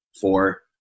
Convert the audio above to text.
four